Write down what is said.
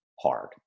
hard